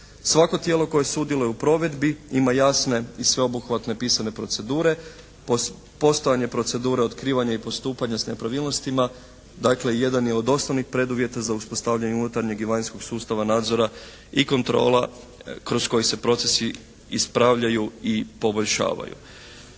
Svako tijelo koje sudjeluje u provedbi ima jasne i sveobuhvatne pisane procedure. Postojanje procedure otkrivanja i postupanja s nepravilnostima dakle jedan je od osnovnih preduvjeta za uspostavljanje unutarnjeg i vanjskog sustava nadzora i kontrola kroz koji se procesi ispravljaju i poboljšavaju.